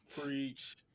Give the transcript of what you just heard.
Preach